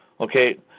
Okay